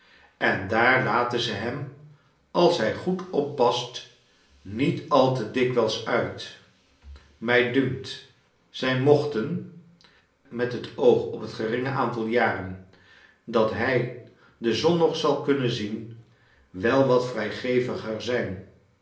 en daar laten ze hem als hij goed oppast niet al te dikwijls uit mi dunkt zij mochten met het oog op het geringe aantal jaren dat hij de zon nog zal kunnen zien wel wat vrijgeviger zi